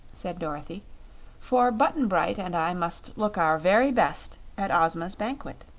said dorothy for button-bright and i must look our very best at ozma's banquet.